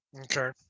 Okay